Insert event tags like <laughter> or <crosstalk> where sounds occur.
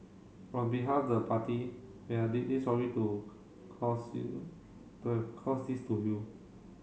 on behalf the party we are deeply sorry to <unintelligible> to have caused this to you